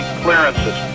clearances